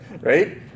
right